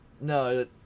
No